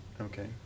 Okay